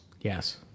yes